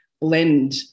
blend